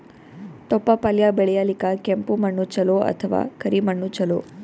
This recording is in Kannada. ತೊಪ್ಲಪಲ್ಯ ಬೆಳೆಯಲಿಕ ಕೆಂಪು ಮಣ್ಣು ಚಲೋ ಅಥವ ಕರಿ ಮಣ್ಣು ಚಲೋ?